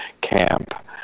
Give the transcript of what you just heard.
camp